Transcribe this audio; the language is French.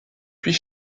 puis